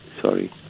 Sorry